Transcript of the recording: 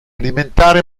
alimentare